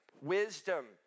wisdom